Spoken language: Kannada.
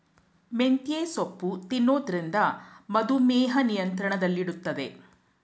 ಮೆಂತ್ಯೆ ಸೊಪ್ಪು ತಿನ್ನೊದ್ರಿಂದ ಮಧುಮೇಹ ನಿಯಂತ್ರಣದಲ್ಲಿಡ್ತದೆ